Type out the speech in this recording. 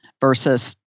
versus